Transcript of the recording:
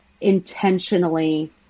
intentionally